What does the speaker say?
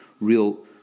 real